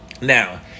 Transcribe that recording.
Now